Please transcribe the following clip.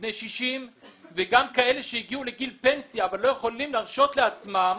בני 60 וגם כאלה שהגיעו לגיל פנסיה אבל לא יכולים להרשות לעצמם